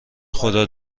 خدا